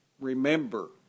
remember